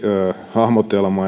hahmotelma